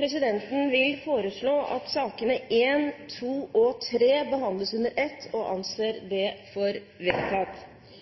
Presidenten vil foreslå at sakene nr. 1–3 behandles under ett. – Det anses vedtatt. President! Stortingets presidentskap legger i dag fram tre innstillinger om stortingsrepresentantenes og regjeringsmedlemmenes pensjon og godtgjørelser. Det foreslås helt nye pensjonsordninger for